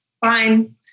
fine